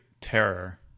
terror